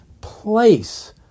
place